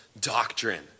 doctrine